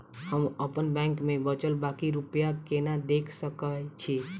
हम अप्पन बैंक मे बचल बाकी रुपया केना देख सकय छी?